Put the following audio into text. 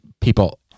people